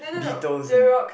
be those in